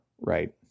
Right